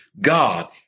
God